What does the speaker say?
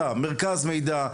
מרכז מידע,